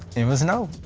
it was no.